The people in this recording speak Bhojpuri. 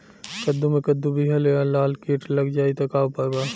कद्दू मे कद्दू विहल या लाल कीट लग जाइ त का उपाय बा?